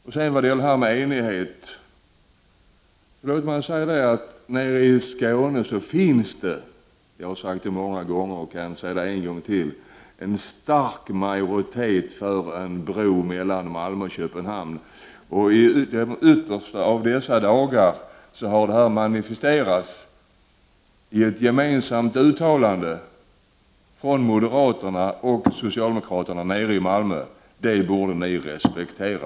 Låt mig när det gäller enigheten säga att det nere i Skåne finns— jag har sagt det många gånger och kan säga det en gång till — en stark majoritet för en bro mellan Malmö och Köpenhamn. I de yttersta av dessa dagar har detta manifesterats i ett gemensamt uttalande från moderaterna och socialdemokraterna i Malmö. Det borde ni respektera.